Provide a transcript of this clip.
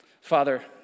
Father